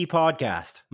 podcast